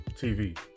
TV